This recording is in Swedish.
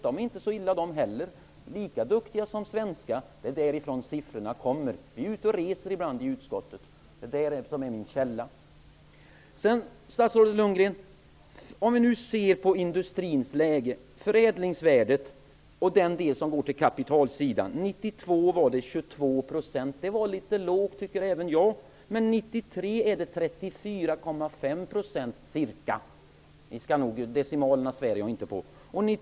Där är man lika duktig som i det svenska finansdepartementet. Statsrådet Lundgren! Låt oss se på industrins situation, på den del av förädlingsvärdet som går till kapitalsidan. År 1992 var det 22 %-- det tycker även jag är litet lågt -- men år 1993 är det ca 34,5 % och år 1994 blir det 36 %.